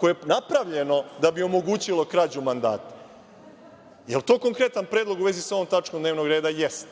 koje je napravljeno da bi omogućilo krađu mandata. Jel to konkretan predlog u vezi sa ovom tačkom dnevnog reda? Jeste.